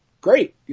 Great